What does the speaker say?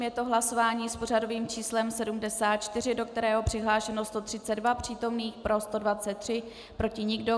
Je to hlasování s pořadovým číslem 74, do kterého je přihlášeno 132 přítomných, pro 123, proti nikdo.